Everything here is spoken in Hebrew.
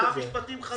שר המשפטים חתם.